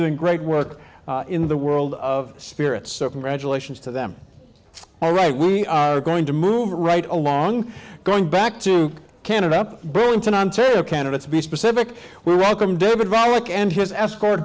doing great work in the world of spirits certain regulations to them all right we are going to move right along going back to canada burlington ontario canada to be specific we welcome david ballack and his escort